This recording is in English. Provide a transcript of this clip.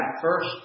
first